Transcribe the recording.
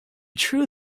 true